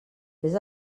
vés